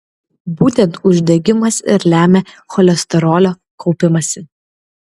būtent uždegimas ir lemia cholesterolio kaupimąsi